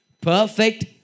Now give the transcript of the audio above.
perfect